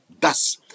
Thus